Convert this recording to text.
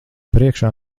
priekšā